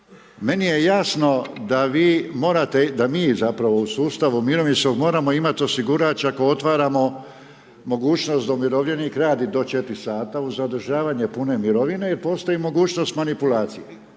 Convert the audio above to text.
Meni je jasno da vi morate, da mi zapravo u sustavu mirovinskog moramo imati osigurač ako otvaramo mogućnost da umirovljenik radi do 4 sata uz zadržavanje pune mirovine, jer postoji mogućnost manipulacije.